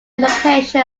location